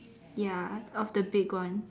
ya of the big one